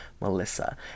Melissa